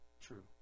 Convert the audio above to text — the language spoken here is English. true